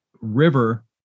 river